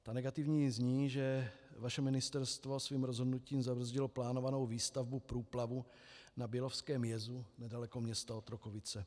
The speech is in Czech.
Ta negativní zní, že vaše ministerstvo svým rozhodnutím zabrzdilo plánovanou výstavbu průplavu na bělovském jezu nedaleko města Otrokovice.